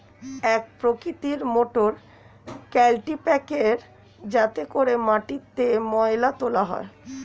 এক প্রকৃতির মোটর কাল্টিপ্যাকের যাতে করে মাটিতে ময়লা তোলা হয়